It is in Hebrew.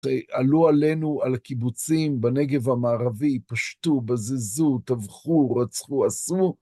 עלו עלינו על הקיבוצים בנגב המערבי, פשטו, בזזו, טבחו, רצחו, עשו.